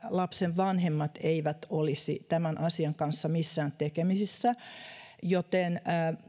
lapsen vanhemmat eivät olisi tämän asian kanssa missään tekemisissä joten